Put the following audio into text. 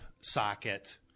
socket